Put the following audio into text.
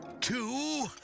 two